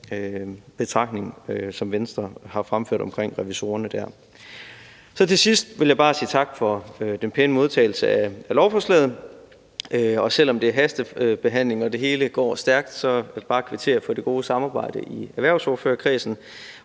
betragtning, som Venstre har fremført omkring revisorerne. Til sidst vil jeg bare sige tak for den pæne modtagelse af lovforslaget, og selv om det er en hastebehandling og det hele går stærkt, vil jeg bare kvittere for det gode samarbejde i erhvervsordførerkredsen,